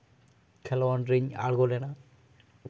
ᱠᱷᱮᱞᱚᱱᱰ ᱨᱤᱧ ᱟᱬᱜᱳ ᱞᱮᱱᱟ